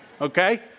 Okay